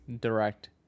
direct